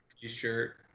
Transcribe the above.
t-shirt